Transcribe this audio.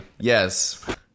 Yes